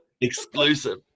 Exclusive